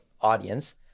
audience